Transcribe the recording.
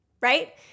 right